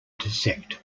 dissect